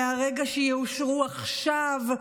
מרגע שיאושרו עכשיו,